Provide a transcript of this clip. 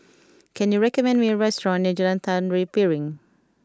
can you recommend me a restaurant near Jalan Tari Piring